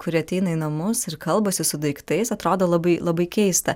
kurie ateina į namus ir kalbasi su daiktais atrodo labai labai keista